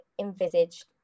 envisaged